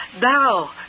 Thou